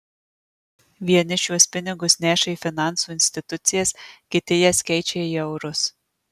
vieni šiuos pinigus neša į finansų institucijas kiti jas keičia į eurus